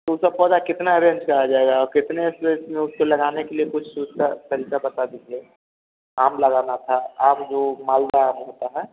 ऊ सब पौधा कितना रेन्ज के आ जाएगा और कितने से उसको लगाने के लिए कुछ उसका तरीका बता दीजिए आम लगाना था आम जो मालदह आम होता है